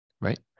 right